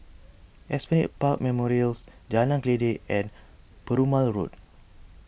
Esplanade Park Memorials Jalan Kledek and Perumal Road